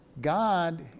God